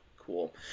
cool